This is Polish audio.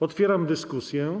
Otwieram dyskusję.